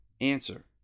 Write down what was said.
Answer